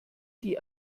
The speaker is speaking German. die